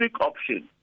option